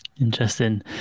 Interesting